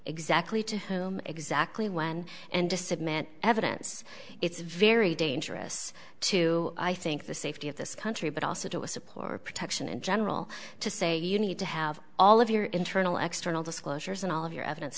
exactly to whom exactly when and to submit evidence it's very dangerous to i think the safety of this country but also to a supporter of protection in general to say you need to have all of your internal external disclosures and all of your evidence